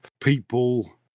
people